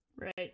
Right